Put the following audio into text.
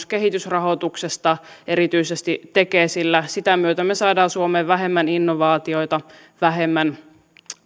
kehitysrahoituksesta erityisesti tekesiltä sitä myötä me saamme suomeen vähemmän innovaatioita vähemmän